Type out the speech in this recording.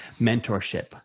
mentorship